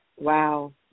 Wow